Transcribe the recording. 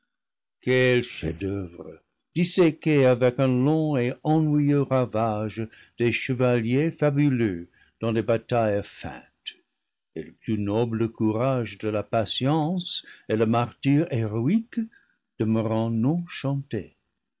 quel chef-d'oeuvre disséquer avec un long et ennuyeux ravage des chevaliers fabuleux dans des batailles feintes et le plus noble courage de la patience et le martyre héroïque demeurant non chantés